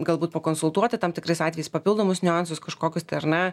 galbūt pakonsultuoti tam tikrais atvejais papildomus niuansus kažkokius tai ar ne